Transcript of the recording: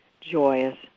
joyous